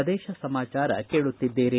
ಪ್ರದೇಶ ಸಮಾಚಾರ ಕೇಳುತ್ತಿದ್ದೀರಿ